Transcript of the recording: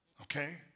okay